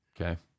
okay